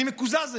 אני מקוזז היום,